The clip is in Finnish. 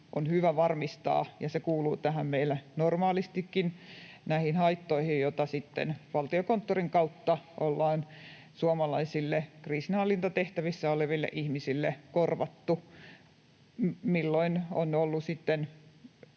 on hyvä varmistaa. Se kuuluu meillä normaalistikin näihin haittoihin, joita sitten Valtiokonttorin kautta ollaan suomalaisille kriisinhallintatehtävissä oleville ihmisille korvattu, milloin on ollut